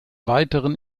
weiteren